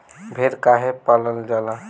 भेड़ काहे पालल जाला?